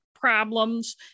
problems